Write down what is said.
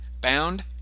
bound